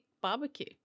barbecue